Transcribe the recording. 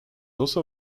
also